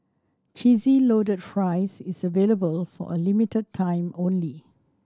Cheesy Loaded Fries is available for a limited time only